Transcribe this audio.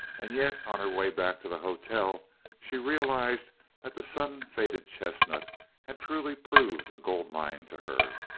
and yet on her way back to the hotel she realized that the sun-faded chestnut had truly proved a gold mine to her.